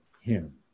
him